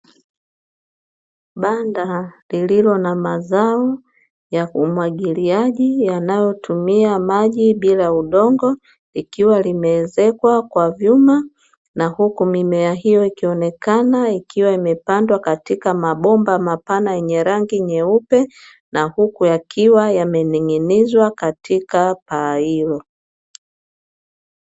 Banda lililo na mazao ya umwagiliaji yanayotumia maji bila udongo ikiwa limeezekwa kwa vyuma, na huku mimea hiyo ikionekana ikiwa imepandwa katika mabomba napana yenye rangi nyeupe na huku yakiwa yamening'inizwa katika paa hiyo.